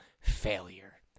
failure